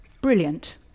brilliant